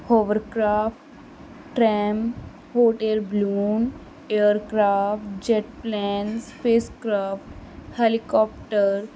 hovercraft tram hot air balloon aircraft jet planes spacecraft helicopters